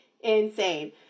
insane